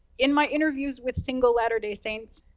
in my interviews with single latter-day saints,